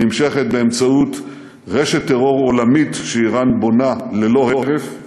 היא נמשכת באמצעות רשת טרור עולמית שאיראן בונה ללא הרף,